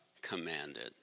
commanded